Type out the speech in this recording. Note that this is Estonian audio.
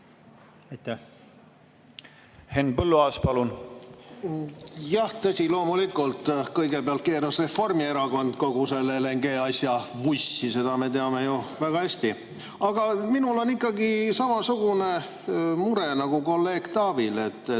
Henn Põlluaas, palun! Jah, tõsi, loomulikult kõigepealt keeras Reformierakond kogu selle LNG asja vussi, seda me teame ju väga hästi. Aga minul on ikkagi samasugune mure nagu kolleeg Taavil.